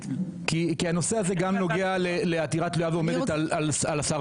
הנושא הזה גם נוגע לעתירה תלויה ועומדת על השר